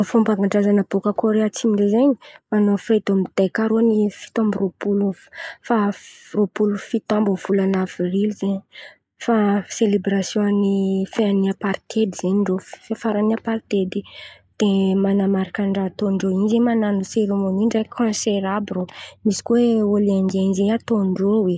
Fômban-drazan̈a bôkà kore atsimo zen̈y manao fety mideka irô ny fito amby rôapolo faha rôampolo fito amby ny volana avrily zen̈y. Fa selebrasion ny fain an'ny party zen̈y irô fain an'ny partety eky dia man̈amarika ràha ataondrô in̈y zen̈y man̈ano seremôny ndraiky konsera àby irô, misy koa oe eolien zen̈y ataondrô oe.